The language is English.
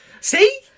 See